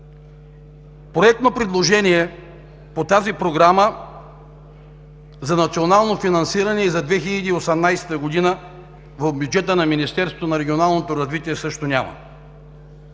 Проектно предложение по тази Програма за национално финансиране и за 2018 г. в бюджета на Министерството на регионалното развитие и